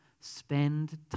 Spend